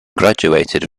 graduated